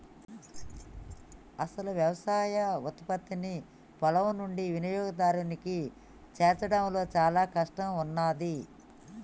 అసలు యవసాయ ఉత్పత్తిని పొలం నుండి వినియోగదారునికి చేర్చడంలో చానా కష్టం ఉన్నాది